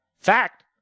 fact